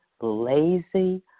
lazy